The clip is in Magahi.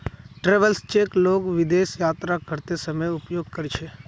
ट्रैवेलर्स चेक लोग विदेश यात्रा करते समय उपयोग कर छे